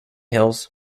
hills